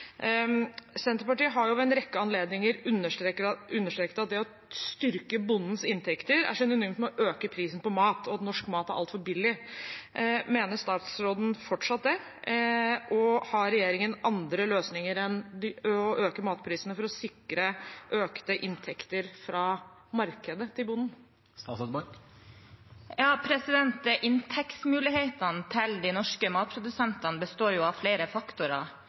Senterpartiet har ved en rekke anledninger understreket at det å styrke bondens inntekter er synonymt med å øke prisen på mat, og at norsk mat er altfor billig. Mener statsråden fortsatt det? Har regjeringen andre løsninger enn å øke matprisene for å sikre økte inntekter fra markedet til bonden? Inntektsmulighetene til de norske matprodusentene består av flere faktorer.